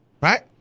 right